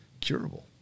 curable